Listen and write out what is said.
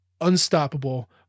unstoppable